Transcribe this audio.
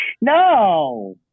No